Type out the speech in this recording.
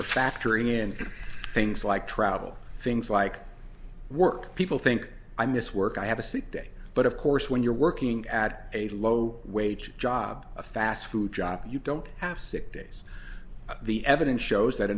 are factoring in things like travel things like work people think i miss work i have a sick day but of course when you're working at a low wage job a fast food job you don't have sick days the evidence shows that